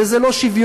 וזה לא שוויוני,